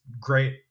great